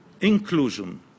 inclusion